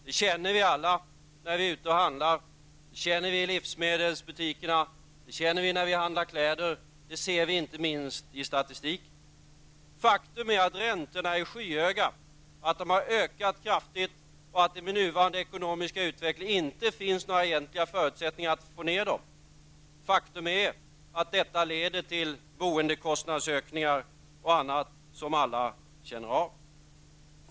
Det känner vi alla när vi är ute och handlar. Vi känner det i livsmedelsbutikerna och när vi handlar kläder. Inte minst ser vi det i statistiken. Faktum är att räntorna är skyhöga, att de har ökat kraftigt och att det med nuvarande ekonomiska utveckling inte finns några egentliga förutsättningar att få ner dem. Faktum är att detta leder till boendekostnadsökningar och annat som alla känner av.